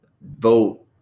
vote